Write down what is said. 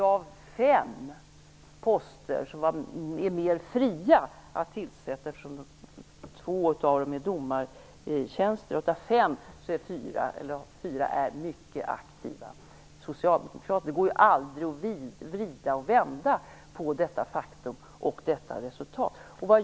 Av fem poster som är mer fria att tillsätta - de två övriga är domartjänster - har fyra mycket aktiva socialdemokrater nominerats. Det går aldrig att vrida och vända på detta faktum och detta resultat.